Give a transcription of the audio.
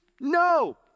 No